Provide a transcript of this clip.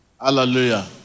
Hallelujah